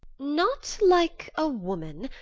not like a woman,